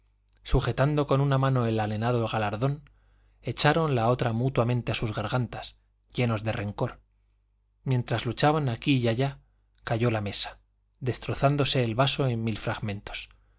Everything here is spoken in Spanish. sujetando con una mano el anhelado galardón echaron la otra mutuamente a sus gargantas llenos de rencor mientras luchaban aquí y allá cayó la mesa destrozándose el vaso en mil fragmentos